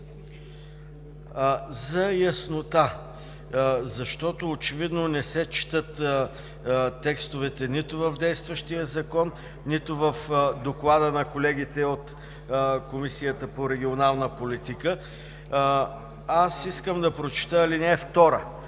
За яснота, защото очевидно не се четат текстовете нито в действащия Закон, нито в доклада на колегите от Комисията по регионална политика. Искам да прочета ал. 2 в